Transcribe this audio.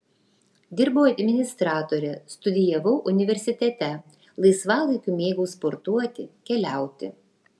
dirbau administratore studijavau universitete laisvalaikiu mėgau sportuoti keliauti